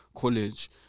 college